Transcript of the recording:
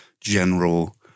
general